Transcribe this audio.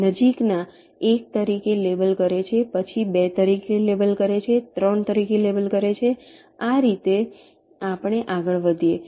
નજીકના 1 તરીકે લેબલ કરે છે પછી 2 તરીકે લેબલ કરે છે 3 તરીકે લેબલ કરે છે આ રીતે આપણે આગળ વધીએ છીએ